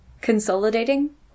consolidating